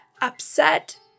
Upset